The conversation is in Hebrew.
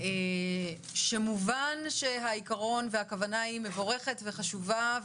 מובן שהעיקרון והכוונה היא מבורכת וחשובה,